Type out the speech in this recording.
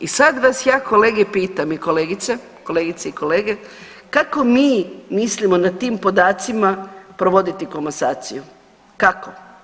I sad vas ja kolege pitam i kolegice, kolegice i kolege, kako mi mislimo nad tim podacima provoditi komasaciju, kako?